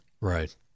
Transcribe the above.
Right